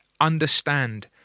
understand